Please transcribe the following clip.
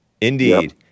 indeed